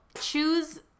choose